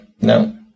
no